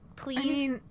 Please